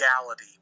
reality